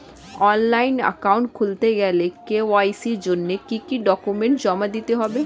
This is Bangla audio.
অনলাইন একাউন্ট খুলতে গেলে কে.ওয়াই.সি জন্য কি কি ডকুমেন্ট জমা দিতে হবে?